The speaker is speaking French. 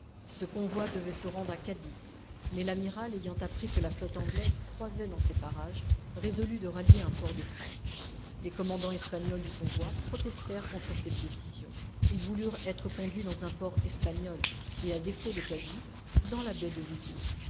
ce convoi devait se rendre à cadix mais l'amiral ayant appris que la flotte anglaise croisait dans ces parages résolut de rallier un port de france les commandants espagnols du convoi protestèrent contre cette décision ils voulurent être conduits dans un port espagnol et à défaut de cadix dans la baie de vigo